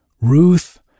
Ruth